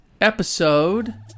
episode